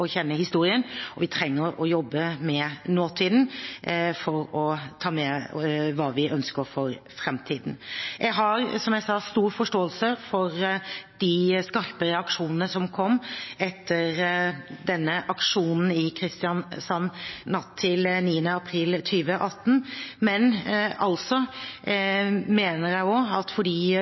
kjenne historien, og vi trenger å jobbe med nåtiden for å ta med hva vi ønsker for framtiden. Jeg har, som jeg sa, stor forståelse for de skarpe reaksjonene som kom etter denne aksjonen i Kristiansand natt til 9. april 2018, men jeg mener altså at fordi